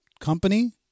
company